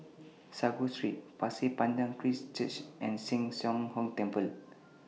Sago Street Pasir Panjang Christ Church and Sheng Song Hong Temple